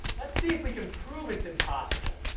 let's see if we can prove it's impossible.